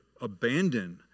abandon